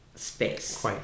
space